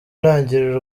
ntangiriro